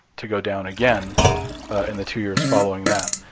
to go down again in the two years following that.